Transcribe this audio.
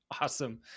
Awesome